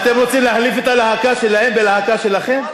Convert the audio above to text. אתם רוצים להחליף את הלהקה שלהם בלהקה שלכם?